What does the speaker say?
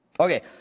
Okay